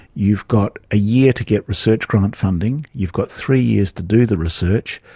you've got a year to get research grant funding, you've got three years to do the research,